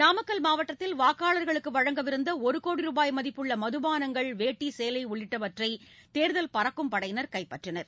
நாமக்கல் மாவட்டத்தில் வாக்காளா்களுக்கு வழங்கவிருந்த ஒரு கோடி ரூபாய் மதிப்புள்ள மதுபானங்கள் வேட்டி சேலை உள்ளிட்டவற்றை தேர்தல் பறக்கும் படையினர் கைப்பற்றினர்